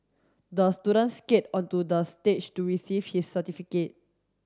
the student skate onto the stage to receive his certificate